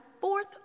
fourth